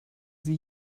sie